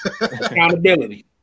accountability